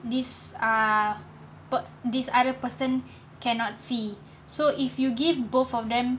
these uh but this other person cannot see so if you give both of them